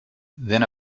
then